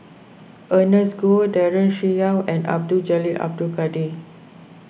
Ernest Goh Daren Shiau and Abdul Jalil Abdul Kadir